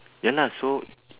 ya lah so